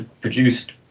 produced